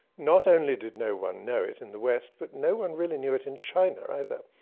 not only did no one know it in the west, but no one really knew it in china either.